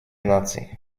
наций